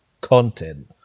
content